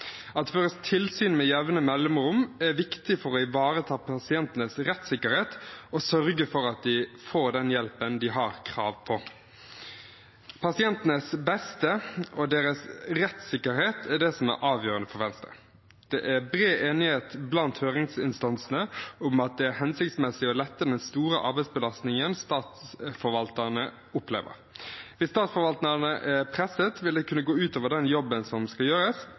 At det føres tilsyn med jevne mellomrom er viktig for å ivareta pasientenes rettssikkerhet og sørge for at de får den hjelpen de har krav på. Pasientenes beste og deres rettssikkerhet er det som er avgjørende for Venstre. Det er bred enighet blant høringsinstansene om at det er hensiktsmessig å lette den store arbeidsbelastningen statsforvalterne opplever. Hvis statsforvalterne er presset, vil det kunne gå utover den jobben som skal